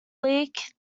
leak